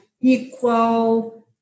equal